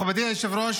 מכובדי היושב-ראש,